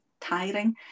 tiring